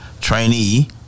Trainee